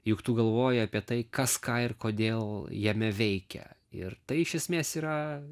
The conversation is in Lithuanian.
juk tu galvoji apie tai kas ką ir kodėl jame veikia ir tai iš esmės yra